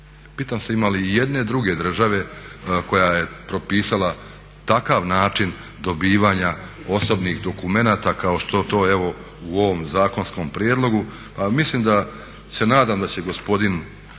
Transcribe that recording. Pitam se ima li i jedne druge države koja je propisala takav način dobivanja osobnih dokumenata kao što to evo u ovom zakonskom prijedlogu. Ali mislim da, se nadam da će gospodin,